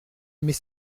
mais